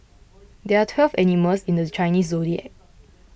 there are twelve animals in the Chinese zodiac